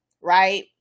right